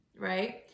right